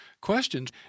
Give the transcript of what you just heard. questions